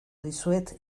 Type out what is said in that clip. dizuet